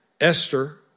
Esther